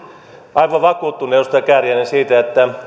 aivan vakuuttunut edustaja kääriäinen siitä että